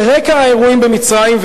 על רקע האירועים במצרים,